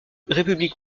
république